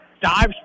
dives